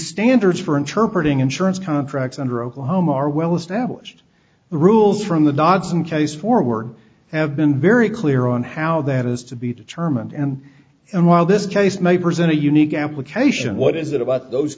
standards for interpret ing insurance contracts under oklahoma are well established the rules from the dodson case forward have been very clear on how that is to be determined and and while this case may present a unique application what is it about those